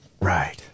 Right